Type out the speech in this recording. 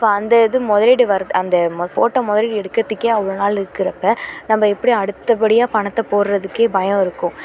அப்போ அந்த இது முதலீடு வர்றது அந்த போட்ட முதலீட எடுக்கிறத்துக்கே அவ்வளோ நாள் இருக்கிறப்ப நம்ம எப்படி அடுத்தப்படியாக பணத்தை போடுறதுக்கே பயம் இருக்கும்